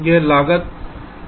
यह लागत का एक उपाय है